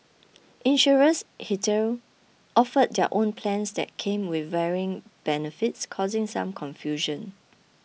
insurers offered their own plans that came with varying benefits causing some confusion